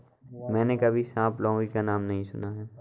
मैंने कभी सांप लौकी का नाम नहीं सुना है